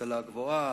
ההשכלה הגבוהה,